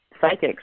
psychics